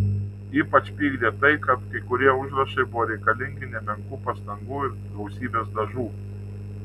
ypač pykdė tai kad kai kurie užrašai buvo reikalingi nemenkų pastangų ir gausybės dažų